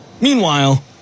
Meanwhile